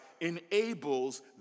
enables